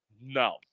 No